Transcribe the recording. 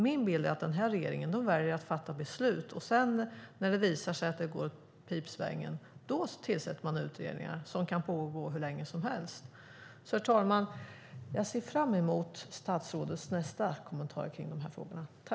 Min bild är att den här regeringen väljer att fatta beslut och sedan, när det visar sig att det går åt pipsvängen, tillsätter man utredningar som kan pågå hur länge som helst. Herr talman! Jag ser fram emot statsrådets nästa kommentar kring de här frågorna.